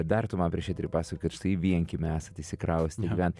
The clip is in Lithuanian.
dar tu man prieš eterį pasakojai kad štai į vienkiemį esat išsikraustę gyvent